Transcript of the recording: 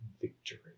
victory